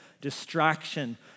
distraction